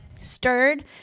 Stirred